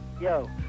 Yo